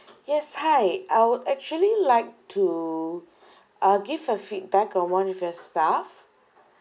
yes hi I would actually like to uh give a feedback on one of your staff